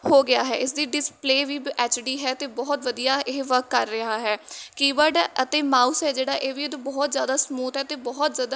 ਹੋ ਗਿਆ ਹੈ ਇਸਦੀ ਡਿਸਪਲੇ ਵੀ ਐਚਡੀ ਹੈ ਅਤੇ ਬਹੁਤ ਵਧੀਆ ਇਹ ਵਰਕ ਕਰ ਰਿਹਾ ਹੈ ਕੀਵਰਡ ਅਤੇ ਮਾਊਸ ਹੈ ਜਿਹੜਾ ਇਹ ਵੀ ਬਹੁਤ ਜ਼ਿਆਦਾ ਸਮੂਥ ਹੈ ਅਤੇ ਬਹੁਤ ਜ਼ਿਆਦਾ